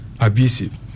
abusive